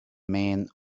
men